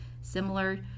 similar